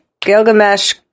Gilgamesh